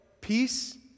peace